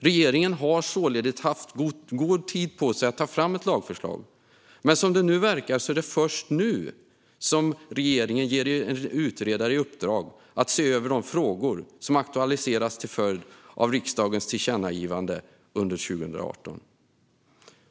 Regeringen har således haft god tid på sig att ta fram ett lagförslag. Men som det verkar är det först nu som regeringen ger en utredare i uppdrag att se över de frågor som har aktualiserats till följd av riksdagens tillkännagivande under 2018.